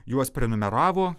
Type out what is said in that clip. juos prenumeravo